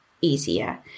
easier